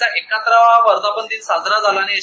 चा एकाहत्तरावा वर्धापनदिन साजरा झाला आणि एस